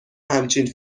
همچین